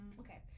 okay